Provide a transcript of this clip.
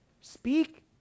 Speak